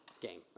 game